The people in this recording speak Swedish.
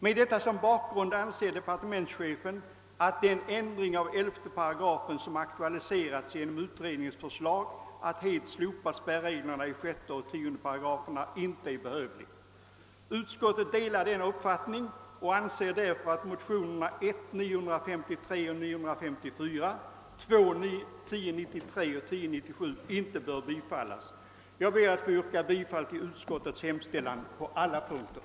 Med detta som bakgrund finner departementschefen, att den ändring av 11 8 som aktualiserats genom utredningens förslag att slopa spärreglerna i 6 § och 10 § inte är behövlig. Jag ber att få yrka bifall till utskottets hemställan på alla punkter.